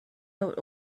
out